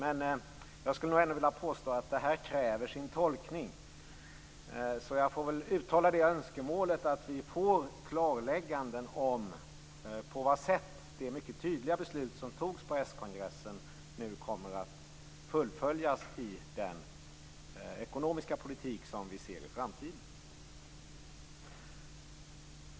Men jag skulle nog ändå vilja påstå att texten kräver sin tolkning, så jag får väl uttala önskemålet om ett klarläggande om på vad sätt det tydliga beslut som fattades på skongressen nu kommer att fullföljas i den ekonomiska politik som vi ser i framtiden.